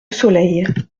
soleil